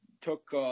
took